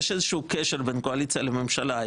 יש איזה קשר בין קואליציה לממשלה.